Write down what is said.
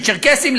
לצ'רקסים,